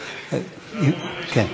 כן.